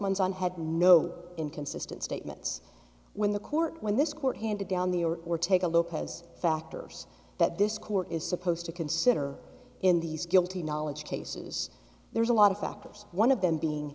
months on had no inconsistent statements when the court when this court handed down the or or take a look has factors that this court is supposed to consider in these guilty knowledge cases there's a lot of factors one of them being